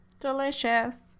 Delicious